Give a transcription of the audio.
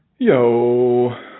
Yo